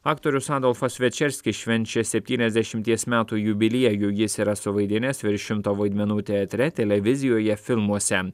aktorius adolfas večerskis švenčia septyniasdešimies metų jubiliejų jis yra suvaidinęs virš šimto vaidmenų teatre televizijoje filmuose